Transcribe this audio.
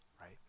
right